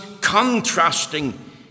contrasting